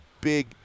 big